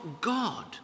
God